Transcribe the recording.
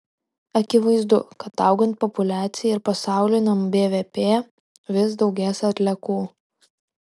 akivaizdu kad augant populiacijai ir pasauliniam bvp vis daugės atliekų